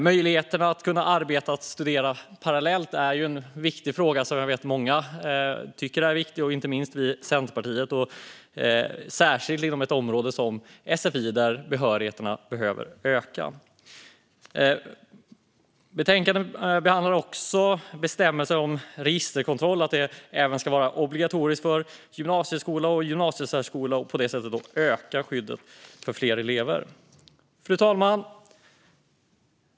Möjligheten att arbeta och studera parallellt är en fråga som jag vet att många tycker är viktig, inte minst vi i Centerpartiet, särskilt inom ett område som sfi där behörigheten behöver öka. Betänkandet behandlar också bestämmelser om registerkontroll - att det ska vara obligatoriskt även för gymnasieskola och gymnasiesärskola för att på det sättet öka skyddet för fler elever. Fru talman!